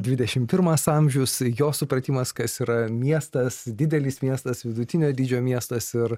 dvidešim pirmas amžius jo supratimas kas yra miestas didelis miestas vidutinio dydžio miestas ir